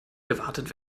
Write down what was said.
gewartet